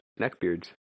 Neckbeards